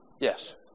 Yes